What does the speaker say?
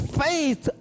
faith